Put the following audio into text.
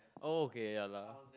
okay ya lah